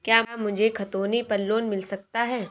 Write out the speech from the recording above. क्या मुझे खतौनी पर लोन मिल सकता है?